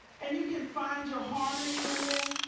and you can find your harmony in there,